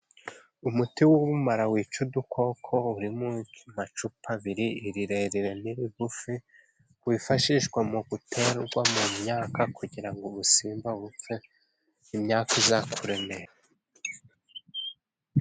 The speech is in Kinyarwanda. Umuti w'ubumara wica udukoko uri mu macupa abiri: irirerire n'irigufi, wifashishwa mu guterwa mu myaka kugira ngo ubusimba bupfe, imyaka izakure neza.